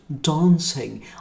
dancing